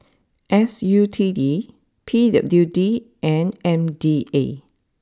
S U T D P W D and M D A